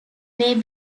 may